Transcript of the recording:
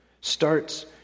starts